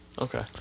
Okay